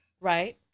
right